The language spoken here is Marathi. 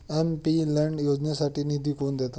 एम.पी लैड योजनेसाठी निधी कोण देतं?